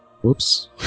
Whoops